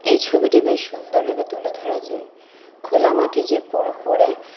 এই ছবিটি বেশ সুন্দরভাবে তুলে ধরা যায় খোলা মাঠে যে পো পোরে